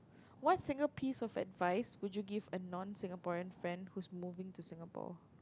what single piece of advice would you give a non Singaporean friend who's moving to Singapore